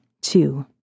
two